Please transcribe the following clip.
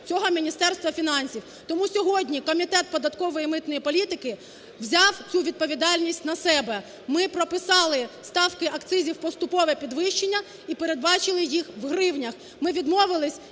цього Міністерства фінансів. Тому сьогодні Комітет податкової та митної політики взяв цю відповідальність на себе. Ми прописали ставки акцизів, поступове підвищення і передбачили їх у гривнях.